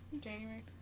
January